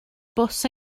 bws